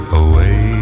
away